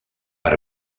per